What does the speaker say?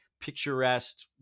picturesque